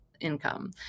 income